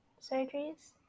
surgeries